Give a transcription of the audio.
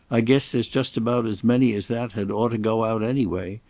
i guess there's just about as many as that had ought to go out anyway.